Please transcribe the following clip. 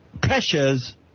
pressures